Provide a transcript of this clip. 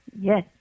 Yes